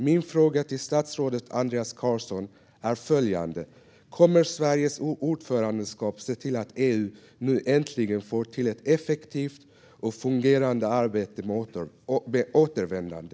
Min fråga till statsrådet Andreas Carlson är följande: Kommer Sveriges ordförandeskap att se till att EU nu äntligen får till ett effektivt och fungerande arbete med återvändande?